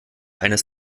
eines